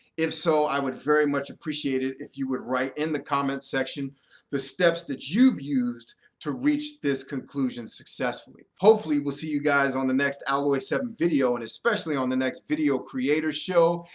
if so, i would very much appreciate it if you would write in the comments section the steps that you've used to reach this conclusion successfully. hopefully we'll see you guys on the next alloy seven video and especially on the next video creators show.